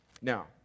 Now